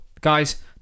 guys